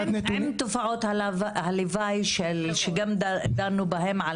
מה עם תופעות הלוואי שגם דנו בהן.